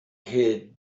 had